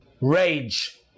Rage